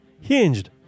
hinged